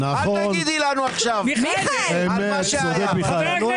אל תגידי לנו עכשיו על מה שהיה.